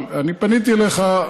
אבל אני פניתי אליך,